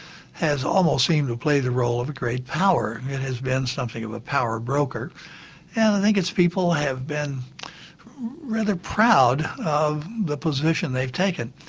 has almost seemed to play the role of a great power. it has been something of a power broker and i think its people have been rather proud of the position they've taken.